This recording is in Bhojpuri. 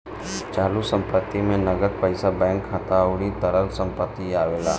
चालू संपत्ति में नगद पईसा बैंक खाता अउरी तरल संपत्ति आवेला